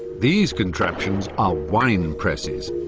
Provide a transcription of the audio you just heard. these contraptions are wine and presses.